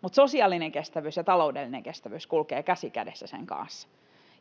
mutta sosiaalinen kestävyys ja taloudellinen kestävyys kulkevat käsi kädessä sen kanssa.